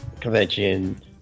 convention